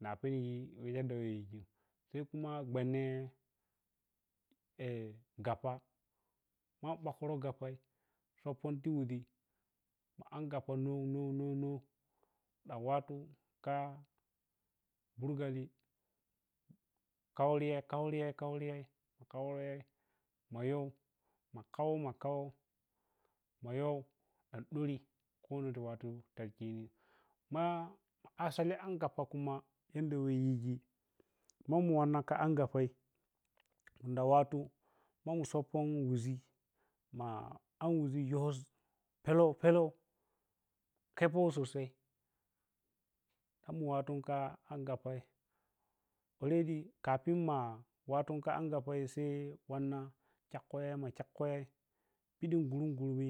Na peyesi yana wo yighi sai kuma gwanne gappa ma ɓokro gappai khapoti wuʒi ma angappa ndondondo na wattu kha bursali khauriye khauriye khauriye ma khauriye ma yeu ma khau ma khau m yoh an ɗuri khuru ta manda ma khini ma asali augappa kuma inda weh yiji ma mu wanna angappei khai munda wattu ma mu soppoh wuʒi ma an wuʒi yoh pelah peloh kheppo so sai ta mu watti ka angappa already kafin ma wattu kha angappa sai wanna khek khyi ma khyek khyi piɗin gurungurwi